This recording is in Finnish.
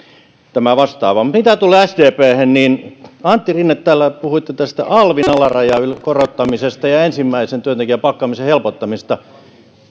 mutta mitä tulee sdphen antti rinne täällä puhuitte tästä alvin alarajan korottamisesta ja ensimmäisen työntekijän palkkaamisen helpottamisesta